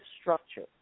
structure